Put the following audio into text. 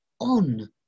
on